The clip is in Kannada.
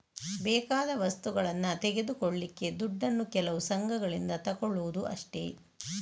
ಬೇಕಾದ ವಸ್ತುಗಳನ್ನ ತೆಗೆದುಕೊಳ್ಳಿಕ್ಕೆ ದುಡ್ಡನ್ನು ಕೆಲವು ಸಂಘಗಳಿಂದ ತಗೊಳ್ಳುದು ಅಷ್ಟೇ